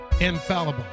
infallible